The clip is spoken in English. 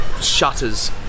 shutters